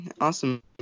Awesome